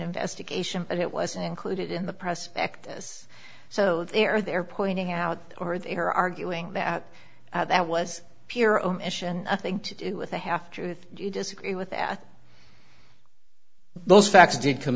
investigation and it wasn't included in the press activists so they're they're pointing out or they are arguing that that was pure omission nothing to do with a half truth you disagree with that those facts did come